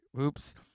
oops